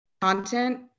content